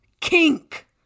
Kink